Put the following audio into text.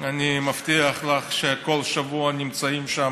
אני מבטיח לך שכל שבוע נמצאים שם,